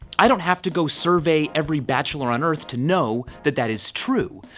i don't have to go survey every bachelor on earth to know that that is true.